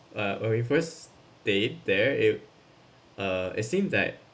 like when we first day there it uh it seemed that